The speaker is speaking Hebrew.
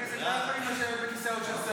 חברי כנסת לא יכולים לשבת בכיסאות של שרים.